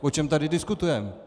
O čem tady diskutujeme?